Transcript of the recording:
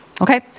Okay